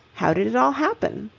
how did it all happen?